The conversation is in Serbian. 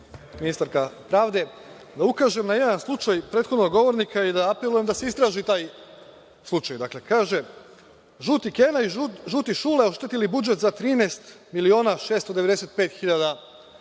ministarka pravde, da ukažem na jedan slučaj prethodnog govornika i da apelujem da se istraži taj slučaj. Dakle, kaže – žuti Kena i žuti Šule oštetili budžet za 13.695.000 dinara.